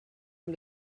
amb